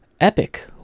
Epic